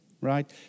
right